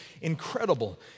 incredible